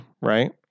right